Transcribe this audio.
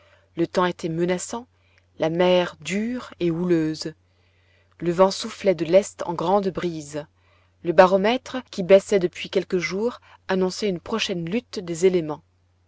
le temps était menaçant la mer dure et houleuse le vent soufflait de l'est en grande brise le baromètre qui baissait depuis quelques jours annonçait une prochaine lutte des éléments